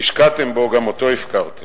והשקעתם בו, גם אותו הפקרתם.